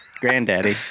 Granddaddy